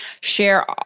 share